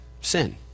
sin